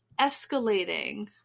escalating